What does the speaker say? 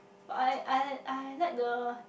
but I I I like the